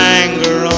anger